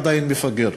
עדיין מפגר.